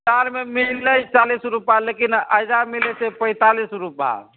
बाजारमे मिलै छै चालिस रूपा लेकिन एहिजा मिलै छै पैंतालिस रूपा